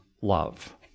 love